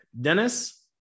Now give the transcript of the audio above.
dennis